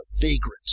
vagrant